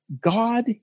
God